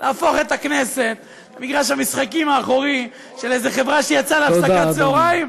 להפוך את הכנסת למגרש המשחקים האחורי של איזה חברה שיצאה להפסקת צהריים,